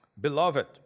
Beloved